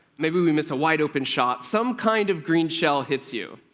maybe we miss a wide-open shot. some kind of green shell hits you.